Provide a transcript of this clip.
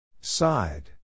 Side